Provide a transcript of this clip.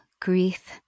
Grief